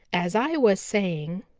as i was saying,